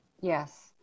Yes